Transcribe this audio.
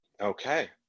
Okay